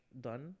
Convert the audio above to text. done